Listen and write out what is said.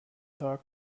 tag